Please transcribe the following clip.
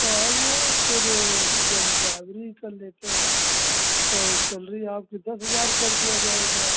तो आइए फिर जब जागीरी ही कर लेते हैं तो सेलरी आपकी दस हजार कर दिया जाएगा